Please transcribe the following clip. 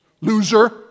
Loser